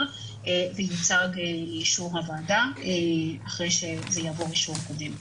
ויוצג לאישור הוועדה אחרי שזה יעבור אישור קודם.